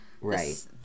right